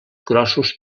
grossos